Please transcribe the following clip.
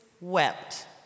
wept